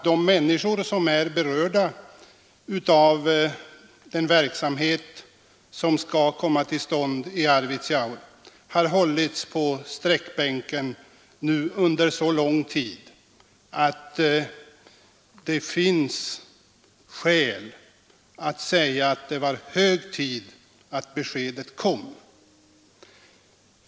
De människor som är berörda av den verksamhet som skall komma till stånd i Arvidsjaur har nu under så lång tid hållits på sträckbänken att det finns skäl att säga att det var hög tid att beskedet kom.